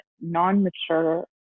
non-mature